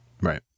Right